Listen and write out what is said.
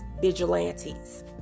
vigilantes